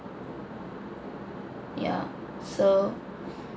yeah so